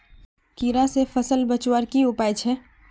कीड़ा से फसल बचवार की उपाय छे?